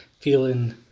feeling